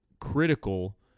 critical